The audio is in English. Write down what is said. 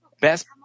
best